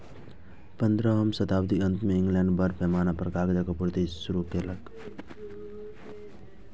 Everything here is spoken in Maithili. पंद्रहम शताब्दीक अंत मे इंग्लैंड बड़ पैमाना पर कागजक आपूर्ति शुरू केलकै